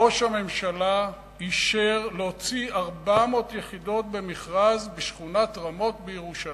ראש הממשלה אישר להוציא 400 יחידות במכרז בשכונת רמות בירושלים.